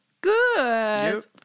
Good